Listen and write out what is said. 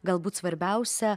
galbūt svarbiausia